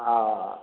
हॅं